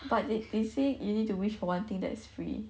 but they they say you need to wish for one thing that is free